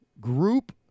group